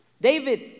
David